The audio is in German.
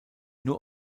nur